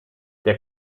der